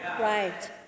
Right